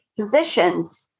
Positions